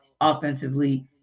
offensively